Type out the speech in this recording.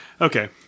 Okay